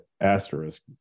asterisk